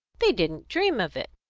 they didn't dream of it!